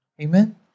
Amen